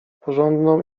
porządną